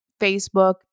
Facebook